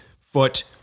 foot